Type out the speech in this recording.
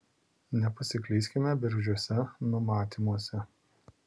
nepasiklyskime bergždžiuose numatymuose